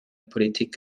politik